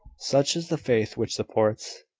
such is the faith which supports,